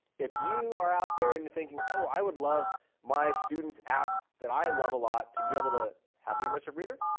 if you are out there and thinking, oh, i would love my student's app that i love a lot to be able to have the immersive reader.